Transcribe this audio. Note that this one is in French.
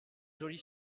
jolie